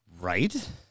right